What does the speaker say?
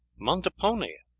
montepone,